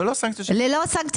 לא, לא.